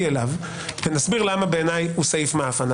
אליו ונסביר למה בעיני הוא סעיף "מעאפן".